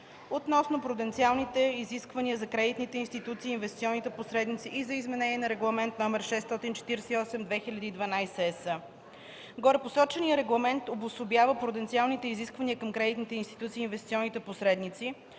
относно пруденциалните изисквания за кредитните институции и инвестиционните посредници и за изменение на Регламент № 648/2012/ЕС. II. Горепосоченият Регламент обособява пруденциалните изисквания към кредитните институции и инвестиционните посредници